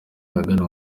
ahagana